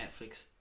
Netflix